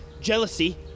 jealousy